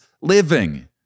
living